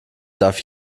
darf